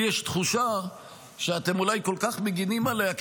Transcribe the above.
לי יש תחושה שאתם אולי כל כך מגינים עליה כי